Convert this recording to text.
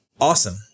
Awesome